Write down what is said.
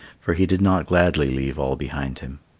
for he did not gladly leave all behind him.